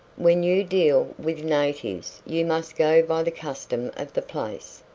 when you deal with natives you must go by the custom of the place.